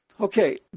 Okay